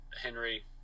Henry